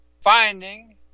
finding